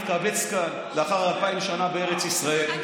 התקבצנו כאן לאחר אלפיים שנה בארץ ישראל,